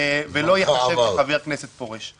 ולא ייחשב כחבר כנסת פורש.